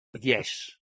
Yes